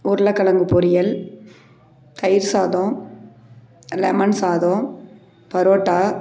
உருளக்கெழங்கு பொரியல் தயிர் சாதம் லெமன் சாதம் பரோட்டா